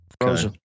Frozen